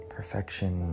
Perfection